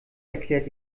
erklärt